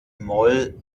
moll